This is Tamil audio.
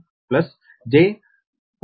1724 j0